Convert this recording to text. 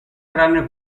tranne